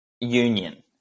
union